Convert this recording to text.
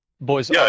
Boys